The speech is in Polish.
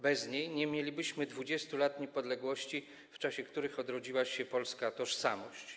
Bez niej nie mielibyśmy 20 lat niepodległości, w czasie których odrodziła się polska tożsamość.